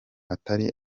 atari